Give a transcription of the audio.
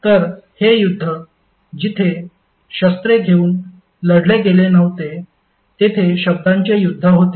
तर हे युद्ध जिथे शस्त्रे घेऊन लढले गेले नव्हते तेथे शब्दांचे युद्ध होते